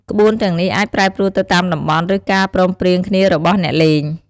ក្បួនទាំងនេះអាចប្រែប្រួលទៅតាមតំបន់ ឬការព្រមព្រៀងគ្នារបស់អ្នកលេង។